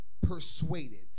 persuaded